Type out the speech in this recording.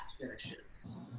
finishes